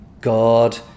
God